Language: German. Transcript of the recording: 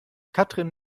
katrin